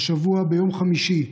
השבוע, ביום חמישי,